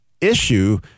issue